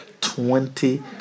twenty